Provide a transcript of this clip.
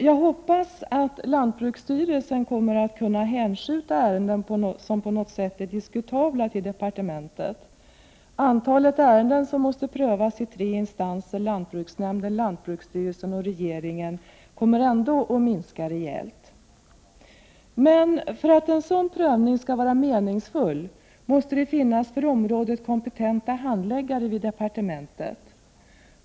Jag hoppas att lantbruksstyrelsen kommer att kunna hänskjuta ärenden som på något sätt är diskutabla till departementet. Antalet ärenden som måste prövas i tre instanser — lantbruksnämnden, lantbruksstyrelsen och regeringen — kommer ändå att minska rejält. För att en sådan prövning skall vara meningsfull måste det emellertid finnas handläggare som är kompetenta på området inom departementet.